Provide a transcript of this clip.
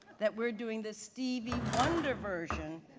that we're doing this stevie wonder version.